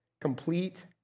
complete